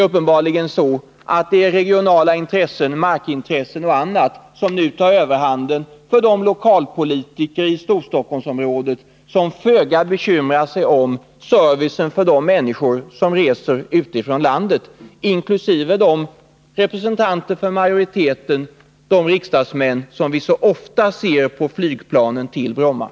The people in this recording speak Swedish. Tydligen tar nu regionalpolitiska intressen och markintressen överhanden för de lokalpolitiker i Storstockholmsområdet som föga bekymrar sig om servicen för de människor som reser till Stockholm utifrån landet, bl.a. de riksdagsmän som vi så ofta ser på flygplanen till Bromma men som i kammaren röstar mot flygplatsens fortsatta existens.